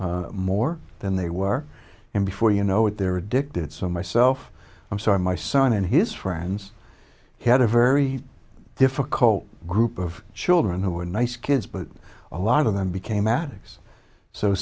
more than they were in before you know it they're addicted so myself i'm sorry my son and his friends had a very difficult group of children who were nice kids but a lot of them became madd